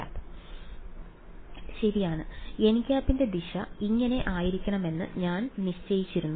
nˆ ശരിയാണ് nˆ ന്റെ ദിശ ഇങ്ങനെ ആയിരിക്കണമെന്ന് ഞാൻ നിശ്ചയിച്ചിരുന്നു